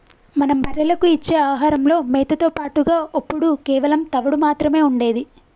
మనం బర్రెలకు ఇచ్చే ఆహారంలో మేతతో పాటుగా ఒప్పుడు కేవలం తవుడు మాత్రమే ఉండేది